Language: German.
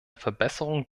verbesserung